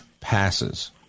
passes